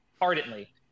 ardently